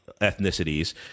ethnicities